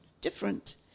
different